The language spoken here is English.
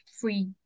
free